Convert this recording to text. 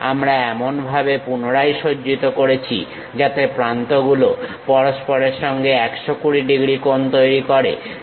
আমরা এমনভাবে পুনরায় সজ্জিত করেছি যাতে প্রান্তগুলো পরস্পরের সঙ্গে 120 ডিগ্রী কোণ তৈরি করে